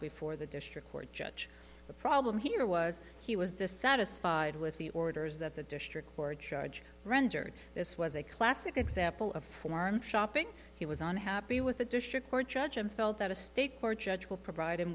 before the district court judge the problem here was he was dissatisfied with the orders that the district court judge rendered this was a classic example of forum shopping he was unhappy with a district court judge and felt that a state court judge will provide